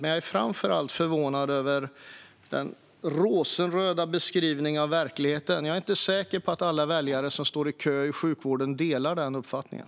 Jag är dock framför allt förvånad över den rosenröda beskrivningen av verkligheten. Jag är inte säker på att alla väljare som står i kö i sjukvården delar den uppfattningen.